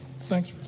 Thanks